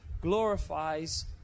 glorifies